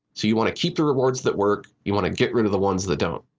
so you want to keep the rewards that work. you want to get rid of the ones that don't.